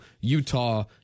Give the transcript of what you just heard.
Utah